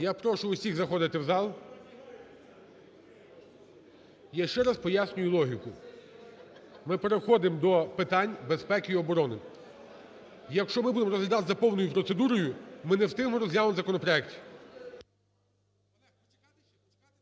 Я прошу всіх заходити в зал. Я ще раз пояснюю логіку. Ми переходимо до питань безпеки і оборони. Якщо ми будемо розглядати за повною процедурою, ми не встигнемо розглянути законопроекти.